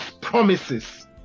promises